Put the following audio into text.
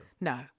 No